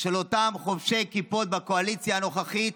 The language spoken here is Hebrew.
של אותם חובשי כיפות בקואליציה הנוכחית,